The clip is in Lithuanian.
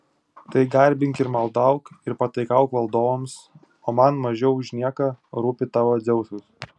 tai garbink ir maldauk ir pataikauk valdovams o man mažiau už nieką rūpi tavo dzeusas